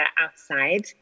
outside